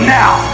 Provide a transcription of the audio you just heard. now